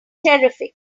terrific